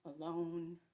alone